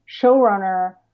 showrunner